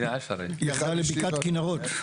ירדה לבקעת כנרות.